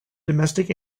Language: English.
domestic